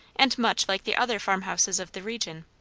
and much like the other farm-houses of the region.